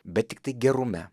bet tiktai gerume